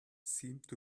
seemed